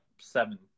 seven